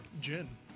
gin